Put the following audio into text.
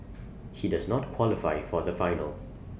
he does not qualify for the final